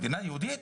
מדינה יהודית?